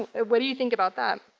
what do you think about that?